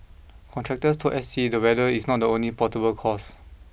contractors told S T the weather is not the only portable cause